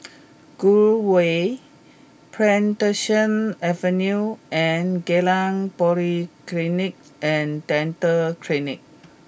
Gul Way Plantation Avenue and Geylang Polyclinic and Dental Clinic